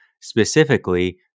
specifically